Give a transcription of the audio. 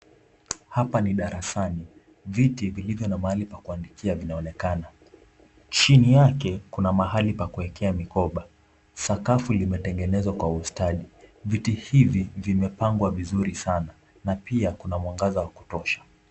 Hapa ni darasani viti vilivyo na mahali pa kuandikia vinaonekana, chini yake kuna mahali pa kuwekea mikoba, sakafu limetengezwa Kwa ustadi, viti hivi vimepangwa vizuri sana na pia kuna mwangaza wa kutosha.